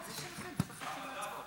אוקיי.